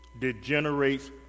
degenerates